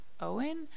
Owen